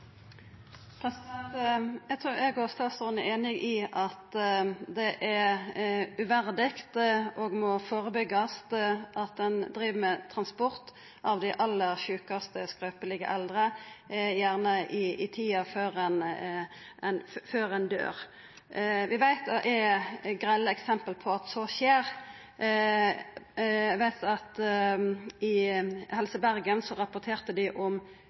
det. Eg trur eg og statsråden er einige om at det er uverdig, og at det må førebyggjast, at ein driv med transport av dei aller sjukaste, skrøpelege eldre, gjerne i tida før ein døyr. Vi veit at det er grelle eksempel på at så skjer. Eg veit at Helse Bergen rapporterte om 200 transportar i